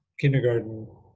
kindergarten